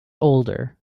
older